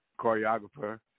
choreographer